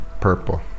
Purple